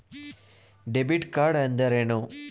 Debit card ಎಂದರೇನು?